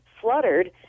fluttered